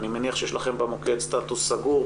אני מניח שיש לכם במוקד סטטוס סגור,